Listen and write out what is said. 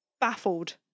baffled